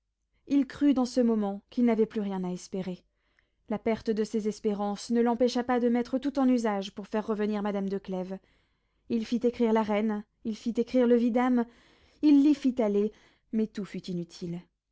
il crut dans ce moment qu'il n'avait plus rien à espérer la perte de ses espérances ne l'empêcha pas de mettre tout en usage pour faire revenir madame de clèves il fit écrire la reine il fit écrire le vidame il l'y fit aller mais tout fut inutile